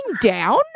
down